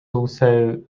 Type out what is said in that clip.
also